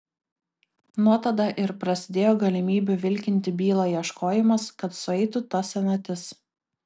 nuo tada ir prasidėjo galimybių vilkinti bylą ieškojimas kad sueitų ta senatis